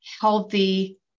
healthy